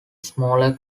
smaller